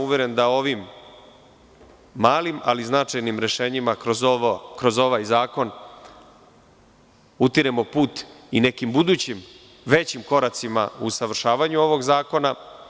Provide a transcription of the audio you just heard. Uveren sam da ovim malim, ali značajnim rešenjima kroz ovaj zakon utiremo put i nekim budućim većim koracima u usavršavanju ovog zakona.